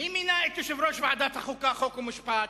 מי מינה את יושב-ראש ועדת החוקה, חוק ומשפט?